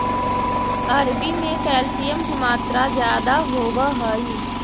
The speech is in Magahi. अरबी में कैल्शियम की मात्रा ज्यादा होवअ हई